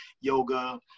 yoga